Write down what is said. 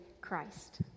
Christ